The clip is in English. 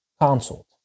consult